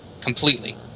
completely